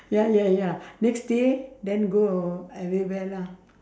ya ya ya next day then go everywhere lah